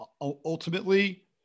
ultimately